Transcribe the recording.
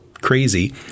crazy